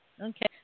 Okay